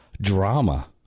drama